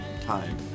time